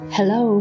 Hello